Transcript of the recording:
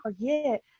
forget